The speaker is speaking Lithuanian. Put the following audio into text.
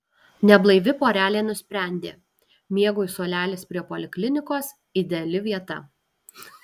neblaivi porelė nusprendė miegui suolelis prie poliklinikos ideali vieta